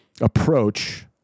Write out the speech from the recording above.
approach